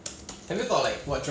oh 你也要吃少饭啊